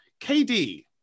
KD